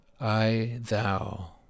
I-thou